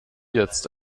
jetzt